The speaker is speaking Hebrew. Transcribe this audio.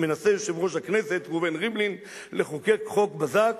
מנסה יושב-ראש הכנסת ראובן ריבלין לחוקק חוק בזק